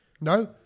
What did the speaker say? No